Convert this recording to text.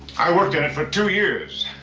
i worked in it for two years.